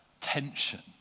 tension